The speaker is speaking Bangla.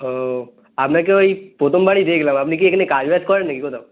ও আপনাকে ওই প্রথমবারই দেখলাম আপনি কি এখানে কাজ বাজ করেন নাকি কোথাও